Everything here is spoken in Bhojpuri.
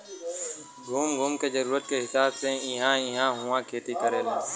घूम घूम के जरूरत के हिसाब से इ इहां उहाँ खेती करेलन